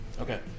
Okay